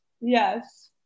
yes